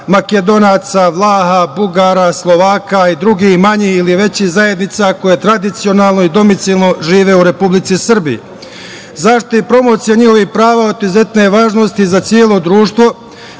Makedonaca, Vlaha, Bugara, Slovaka i drugih manjih ili većih zajednica koje tradicionalno i domicilno žive u Republici Srbiji.Zaštita i promocija njihovih prava od izuzetne je važnosti za celo društvo,